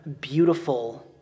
beautiful